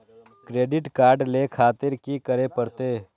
Credit card ले खातिर की करें परतें?